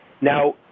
Now